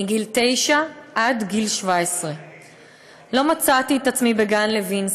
מגיל תשע עד גיל 17. לא מצאתי את עצמי בגן-לוינסקי.